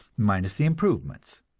minus the improvements.